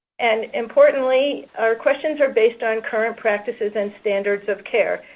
and importantly, our questions are based on current practices and standards of care.